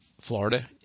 Florida